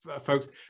folks